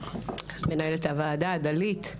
למנהלת הוועדה דלית,